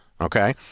okay